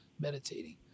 meditating